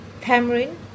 tamarind